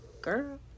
girl